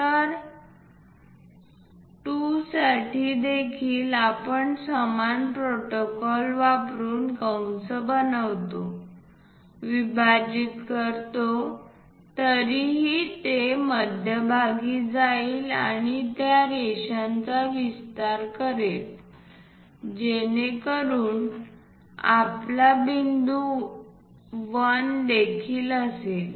तर 2 साठी देखील आपण समान प्रोटोकॉल वापरुन कंस बनवतो विभाजित करतो तरीही ते मध्यभागी जाईल आणि त्या रेषांचा विस्तार करेल जेणेकरून आपला बिंदू 1 देखील असेल